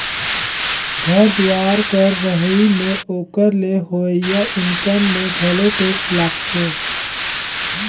घर दुवार कर रहई में ओकर ले होवइया इनकम में घलो टेक्स लागथें